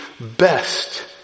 best